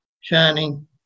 shining